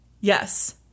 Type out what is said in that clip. Yes